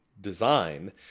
design